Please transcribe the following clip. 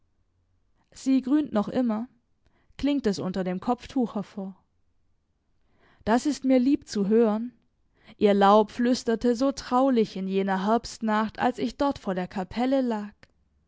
sie grünt noch immer klingt es unter dem kopftuch hervor das ist mir lieb zu hören ihr laub flüsterte so traulich in jener herbstnacht als ich dort vor der kapelle lag